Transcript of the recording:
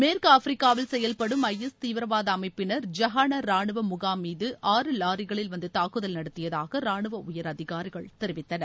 மேற்கு ஆப்பிரிக்காவில் செயல்படும் ஐ எஸ் தீவிரவாத அமைப்பினர் ஜகானா ராணுவ முகாம் மீது ஆறு லாரிகளில் வந்து தாக்குதல் நடத்தியதாக ரானுவ உயரதிகாரிகள் தெரிவித்தனர்